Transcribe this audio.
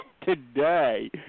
today